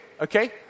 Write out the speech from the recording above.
Okay